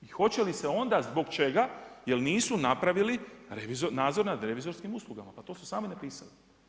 Hoće li se onda i zbog čega, jer nisu napravili nadzor nad revizorskim uslugama, pa to su sami napisali.